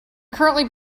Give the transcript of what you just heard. currently